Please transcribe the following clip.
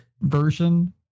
version